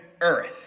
earth